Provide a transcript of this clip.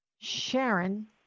Sharon